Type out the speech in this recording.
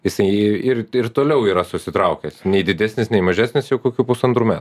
jisai ir ir toliau yra susitraukęs nei didesnis nei mažesnis jau kokių pusantrų metų